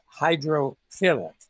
hydrophilic